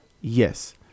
yes